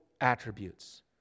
attributes